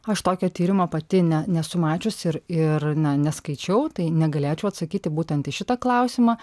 aš tokio tyrimo pati ne nesu mačius ir ir na neskaičiau tai negalėčiau atsakyti būtent į šitą klausimą